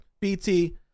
BT